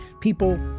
people